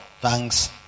thanks